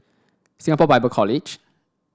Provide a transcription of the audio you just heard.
Singapore Bible College